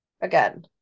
again